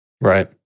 Right